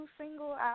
single